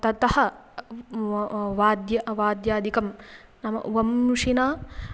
ततः वाद्यं वाद्यादिकं नाम वंशिना